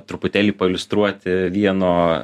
truputėlį pailiustruoti vieno